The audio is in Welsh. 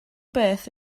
beth